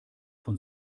von